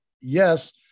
yes